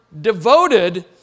devoted